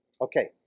okay